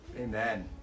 Amen